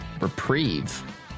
reprieve